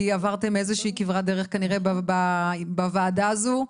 כי עברתם איזה שהיא כברת דרך בוועדה הזאת,